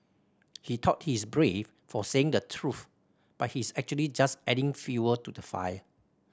he thought he's brave for saying the truth but he's actually just adding fuel to the fire